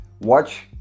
watch